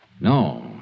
No